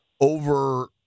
over